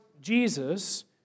Jesus